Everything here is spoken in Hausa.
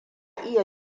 iya